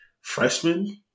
freshman